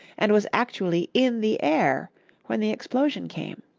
and was actually in the air when the explosion came.